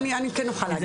אני כן אוכל להגיד.